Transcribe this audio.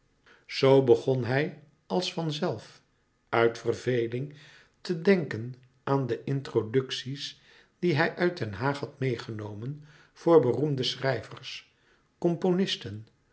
zoo begon hij als van zelf uit verveling te denken aan de introducties die hij uit den haag had meêgenomen voor beroemde schrijvers componisten